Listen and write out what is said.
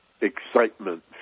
excitement